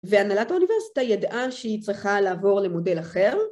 והנהלת האוניברסיטה ידעה שהיא צריכה לעבור למודל אחר.